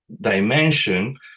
dimension